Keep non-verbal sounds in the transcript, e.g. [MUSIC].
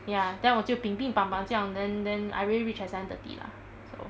ya then 我就 [NOISE] 这样 then then I really reach at seven thirty so